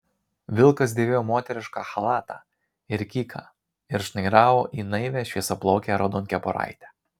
vilkas dėvėjo moterišką chalatą ir kyką ir šnairavo į naivią šviesiaplaukę raudonkepuraitę